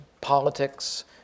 politics